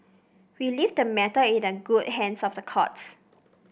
we leave the matter in the good hands of the courts